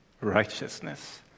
Righteousness